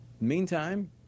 Meantime